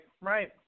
Right